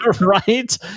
Right